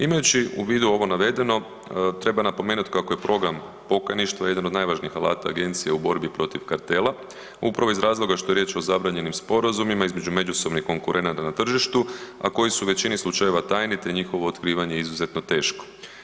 Imajući u vidu ovo navedeno treba napomenuti kako je program pokajništva jedan od najvažnijih alata Agencije u borbi protiv kartela upravo iz razloga što je riječ o zabranjenim sporazumima između međusobnih konkurenata na tržištu, a koji su u većini slučajeva tajni te je njihovo otkrivanje izuzetno teško.